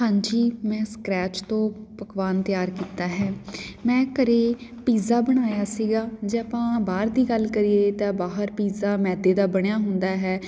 ਹਾਂਜੀ ਮੈਂ ਸਕਰੈਚ ਤੋਂ ਪਕਵਾਨ ਤਿਆਰ ਕੀਤਾ ਹੈ ਮੈਂ ਘਰ ਪਿੱਜ਼ਾ ਬਣਾਇਆ ਸੀਗਾ ਜੇ ਆਪਾਂ ਬਾਹਰ ਦੀ ਗੱਲ ਕਰੀਏ ਤਾਂ ਬਾਹਰ ਪਿੱਜ਼ਾ ਮੈਦੇ ਦਾ ਬਣਿਆ ਹੁੰਦਾ ਹੈ